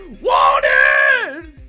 Wanted